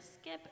skip